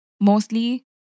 Mostly